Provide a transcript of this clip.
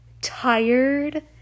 tired